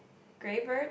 grey bird